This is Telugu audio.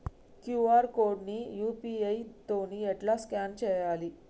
క్యూ.ఆర్ కోడ్ ని యూ.పీ.ఐ తోని ఎట్లా స్కాన్ చేయాలి?